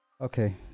okay